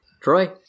Troy